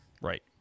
Right